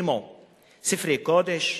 כמו ספרי קודש,